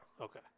Okay